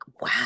Wow